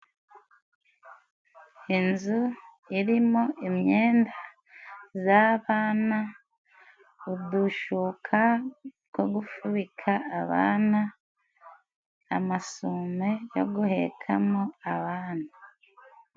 Inzu irimo imyenda z'abana, udushuka two gufubika abana, amasume yo guhekamo abana.